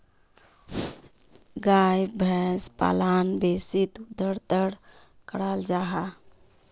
गाय भैंस पालन बेसी दुधेर तंर कराल जाहा